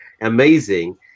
amazing